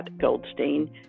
Goldstein